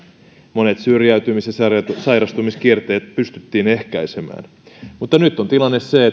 monet syrjäytymis ja sairastumiskierteet pystyttiin ehkäisemään mutta nyt on tilanne se